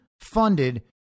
funded